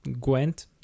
Gwent